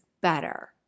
better